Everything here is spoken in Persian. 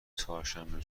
چهارشنبه